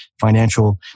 financial